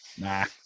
Nah